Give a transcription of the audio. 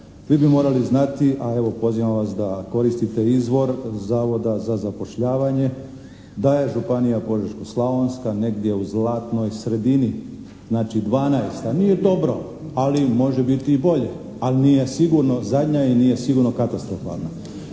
Vi bi morali znati a evo pozivam vas da koristite izvor Zavoda za zapošljavanje da je Županija požeško-slavonska negdje u zlatnoj sredini, znači 12, nije dobro, ali može biti i bolje, al' nije sigurno zadnja i nije sigurno katastrofalno